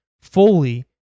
fully